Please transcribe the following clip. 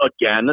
again